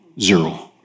Zero